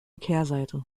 kehrseite